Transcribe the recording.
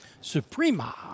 Suprema